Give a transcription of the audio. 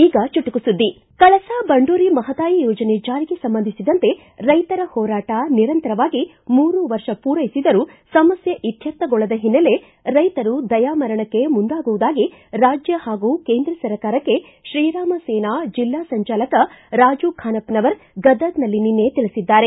ಈಗ ಚುಟುಕು ಸುದ್ದಿ ಕಳಸಾ ಬಂಡೂರಿ ಮಹಾದಾಯಿ ಯೋಜನೆ ಜಾರಿಗೆ ಸಂಬಂಧಿಸಿದಂತೆ ರೈತರ ಹೋರಾಟ ನಿರಂತರವಾಗಿ ಮೂರು ವರ್ಷ ಪೂರೈಸಿದರೂ ಸಮಸ್ಥೆ ಇತ್ತರ್ಥಗೊಳ್ಳದ ಹಿನ್ನೆಲೆ ರೈತರು ದಯಾಮರಣಕ್ಕೆ ಮುಂದಾಗುವುದಾಗಿ ರಾಜ್ಯ ಹಾಗೂ ಕೇಂದ್ರ ಸರ್ಕಾರಕ್ಕೆ ಶ್ರೀ ರಾಮ ಸೇನಾ ಜಿಲ್ಲಾ ಸಂಚಾಲಕ ರಾಜು ಖಾನಪ್ಪನವರ ಗದಗ್ನಲ್ಲಿ ನಿನ್ನೆ ತಿಳಿಸಿದ್ದಾರೆ